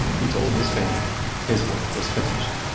he told his family his work was finished.